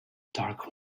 dark